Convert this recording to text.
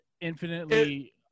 infinitely